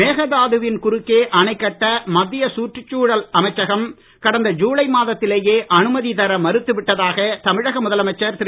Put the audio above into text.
மேகாதாதுவின் குறுக்கே அணை கட்ட மத்திய சுற்றுச்சூழல் அமைச்சகம் கடந்த ஜுலை மாதத்திலேயே அனுமதி தர மறுத்துவிட்டதாக தமிழக முதலமைச்சர் திரு